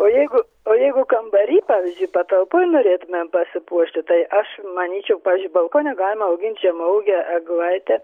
o jeigu o jeigu kambary pavyzdžiui patalpoj norėtumėm pasipuošti tai aš manyčiau pavyzdžiui balkone galima auginti žemaūgę eglaitę